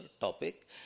topic